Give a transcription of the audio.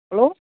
hello